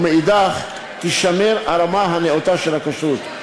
ומאידך תישמר הרמה הנאותה של הכשרות.